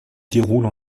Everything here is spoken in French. déroule